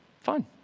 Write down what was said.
fine